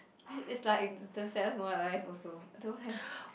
it it's like the saddest moment of my life also don't have